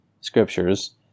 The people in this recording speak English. scriptures